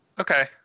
okay